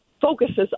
focuses